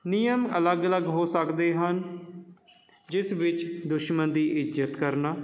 ਨਿਯਮ ਅਲੱਗ ਅਲੱਗ ਹੋ ਸਕਦੇ ਹਨ ਜਿਸ ਵਿੱਚ ਦੁਸ਼ਮਣ ਦੀ ਇੱਜ਼ਤ ਕਰਨਾ